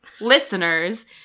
Listeners